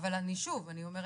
שוב אני אומרת,